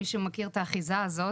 מי שמכיר את האחיזה הזאת,